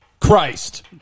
Christ